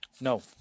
No